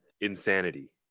Insanity